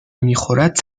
میخورد